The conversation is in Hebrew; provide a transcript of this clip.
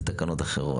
בתקנות אחרות.